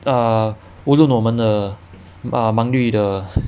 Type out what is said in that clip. err 无论我们的忙绿的日天表